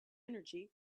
energy